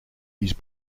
his